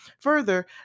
Further